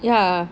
ya